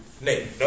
Name